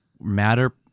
matter